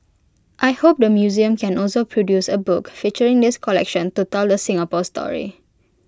I hope the museum can also produce A book featuring this collection to tell the Singapore story